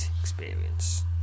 experience